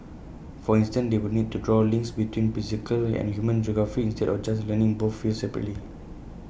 for instance they will need to draw links between physical and human geography instead of just learning both fields separately